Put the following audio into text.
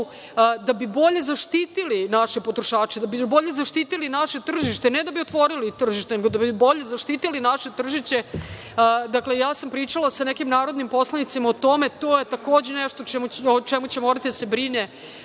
da bi bolje zaštitili naše potrošače, da bi bolje zaštitili naše tržište, ne da bi otvorili tržište nego da bi bolje zaštitili naše tržište. Pričala sam sa nekim narodnim poslanicima o tome. To je takođe nešto o čemu će morati da se brine